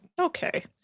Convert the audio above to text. Okay